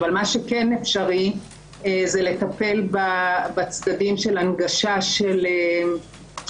אבל מה שכן אפשרי זה לטפל בצדדים של הנגשת שירותים,